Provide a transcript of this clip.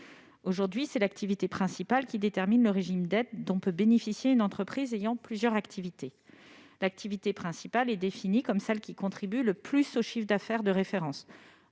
Aujourd'hui, l'activité principale détermine le régime d'aide dont peut bénéficier une entreprise ayant plusieurs activités, définie comme celle qui contribue le plus au chiffre d'affaires de référence,